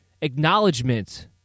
acknowledgement